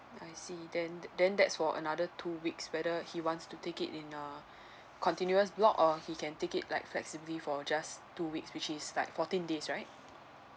I see then then that's for another two weeks whether he wants to take it in a continuous block or he can take it like flexibly for just two weeks which is like fourteen days right